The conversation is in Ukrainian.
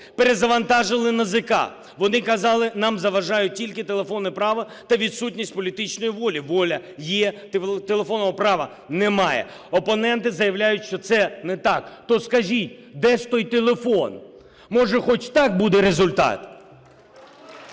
перезавантажили НАЗК. Вони казали: "Нам заважають тільки телефонне право та відсутність політичної волі". Воля є, телефонного права немає. Опоненти заявляють, що це не так. То скажіть, де ж той телефон? Може, хоч так буде результат?